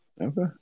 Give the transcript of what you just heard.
Okay